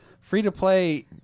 Free-to-play